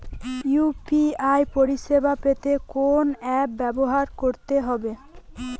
UPI পরিসেবা পেতে কোন অ্যাপ ব্যবহার করতে হবে?